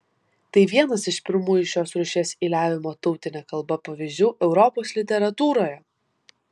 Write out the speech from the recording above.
tai vienas iš pirmųjų šios rūšies eiliavimo tautine kalba pavyzdžių europos literatūroje